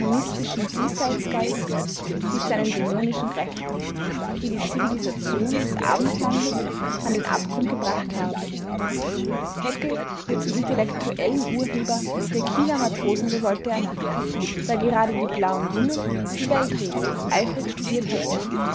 diesseitsgeist mit seinen dämonischen kräften die die zivilisation des abendlandes an den abgrund gebracht haben haeckel wird zum intellektuellen urheber der kieler matrosenrevolte ernannt da gerade die blauen jungen die welträtsel eifrig studiert hätten